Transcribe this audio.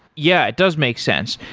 yeah, it does make sense.